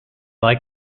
like